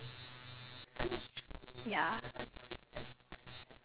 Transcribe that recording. ya ya some friends ya I have a big heart no lah my personality very big